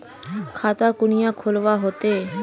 खाता कुनियाँ खोलवा होते?